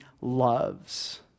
loves